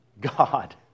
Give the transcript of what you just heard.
God